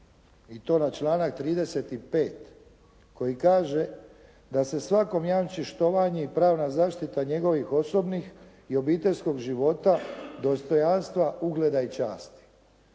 i to na članak 35. koji kaže da se svakom jamči štovanje i pravna zaštita njegovih osobnih i obiteljskog života, dostojanstva, ugleda i časti.